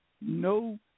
No